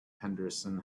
henderson